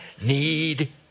need